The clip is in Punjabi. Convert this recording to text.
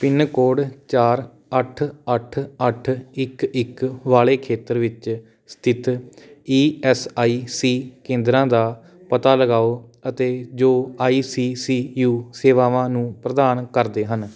ਪਿੰਨਕੋਡ ਚਾਰ ਅੱਠ ਅੱਠ ਅੱਠ ਇੱਕ ਇੱਕ ਵਾਲੇ ਖੇਤਰ ਵਿੱਚ ਸਥਿਤ ਈ ਐਸ ਆਈ ਸੀ ਕੇਂਦਰਾਂ ਦਾ ਪਤਾ ਲਗਾਓ ਅਤੇ ਜੋ ਆਈ ਸੀ ਸੀ ਯੂ ਸੇਵਾਵਾਂ ਨੂੰ ਪ੍ਰਦਾਨ ਕਰਦੇ ਹਨ